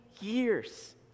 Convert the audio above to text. years